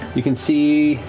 you can see.